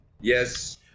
yes